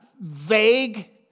vague